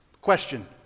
Question